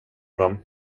dem